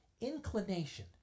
inclination